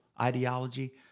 ideology